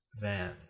Van